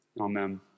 Amen